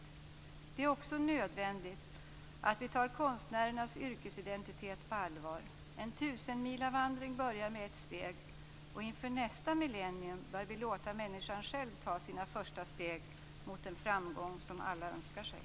Det är också nödvändigt att vi tar konstnärernas yrkesidentitet på allvar. En tusenmilavandring börjar med ett steg, och inför nästa millennium bör vi låta människan själv ta sina första steg mot den framgång som alla önskar sig.